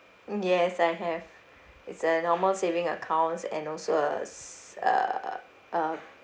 yes I have it's a normal saving accounts and also a s~ a a